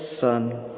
son